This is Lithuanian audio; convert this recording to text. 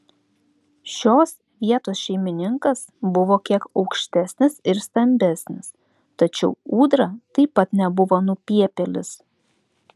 šios vietos šeimininkas buvo kiek aukštesnis ir stambesnis tačiau ūdra taip pat nebuvo nupiepėlis